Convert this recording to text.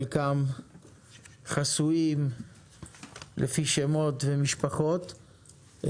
חלקם חסויים לפי שמות ומשפחות.